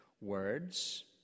words